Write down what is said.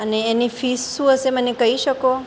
અને એની ફિસ શું હશે મને કહી શકો